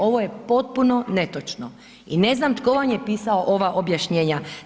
Ovo je potpuno netočno i ne znam tko vam je pisao ova objašnjenja.